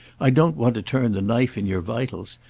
i don't want to turn the knife in your vitals,